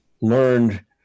learned